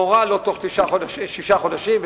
מורה לו להתקין בתוך שישה חודשים,